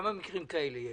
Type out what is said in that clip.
כמה מקרים כאלה יש.